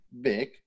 big